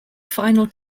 final